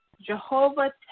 Jehovah